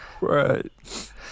right